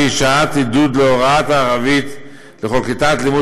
שהיא שעת עידוד להוראת הערבית לכל כיתת לימוד